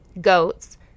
goats